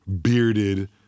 bearded